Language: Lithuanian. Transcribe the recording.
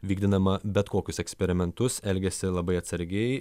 vykdydama bet kokius eksperimentus elgiasi labai atsargiai